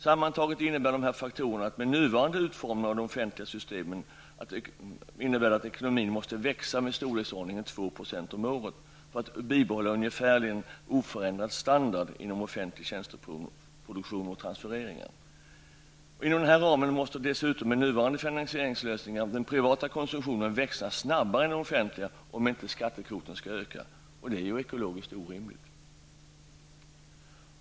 Sammantaget innebär de här faktorerna att ekonomin, med nuvarande utformning av de offentliga systemen, måste växa med ungefär 2 % om året, för att man skall kunna bibehålla ungefär oförändrad standard inom offentlig tjänsteproduktion och transfereringar. Inom denna ram måste dessutom, med nuvarande finansieringslösningar, den privata konsumtionen växa snabbare än den offentliga, om inte skattekvoten skall öka, och det är ju ekologiskt orimligt.